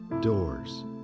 doors